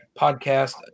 podcast